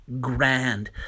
grand